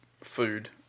food